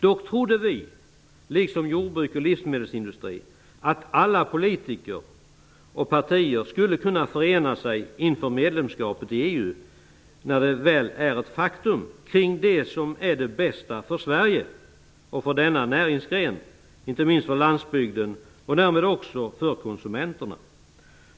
Dock trodde vi, liksom jordbruk och livsmedelsindustri, att alla politiker och partier skulle kunna förena sig inför medlemskapet i EU, när detta väl var ett faktum, kring det som är det bästa för Sverige och för denna näringsgren, inte minst för landsbygden och därmed också för konsumenterna.